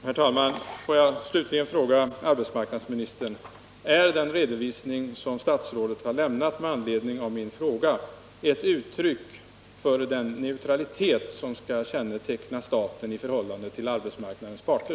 Herr talman! Får jag slutligen fråga arbetsmarknadsministern: Är den redovisning som statsrådet har lämnat med anledning av min fråga ett uttryck för den neutralitet som skall känneteckna staten i förhållande till arbetsmarknadens parter?